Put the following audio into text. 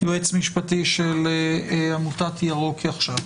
יועמ"ש של עמותת ירוק עכשיו.